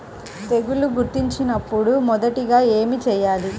తెగుళ్లు గుర్తించినపుడు మొదటిగా ఏమి చేయాలి?